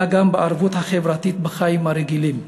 אלא גם בערבות החברתית בחיים הרגילים,